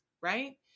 right